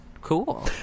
Cool